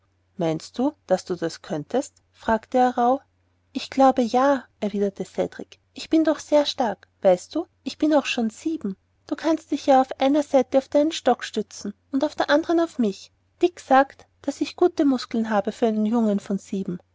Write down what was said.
meinst du daß du das könntest fragte er rauh ich glaube ja erwiderte cedrik ich bin sehr stark weißt du bin auch schon sieben du kannst dich auf einer seite auf deinen stock stützen und auf der andern auf mich dick sagt daß ich gute muskeln habe für einen jungen von sieben